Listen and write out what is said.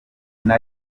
rimwe